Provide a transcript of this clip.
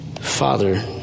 Father